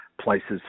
places